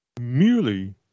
merely